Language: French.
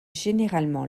généralement